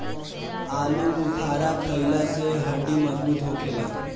आलूबुखारा खइला से हड्डी मजबूत होखेला